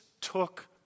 took